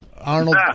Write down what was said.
Arnold